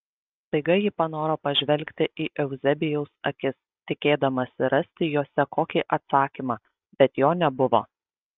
staiga ji panoro pažvelgti į euzebijaus akis tikėdamasi rasti jose kokį atsakymą bet jo nebuvo